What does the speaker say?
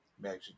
magic